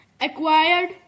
acquired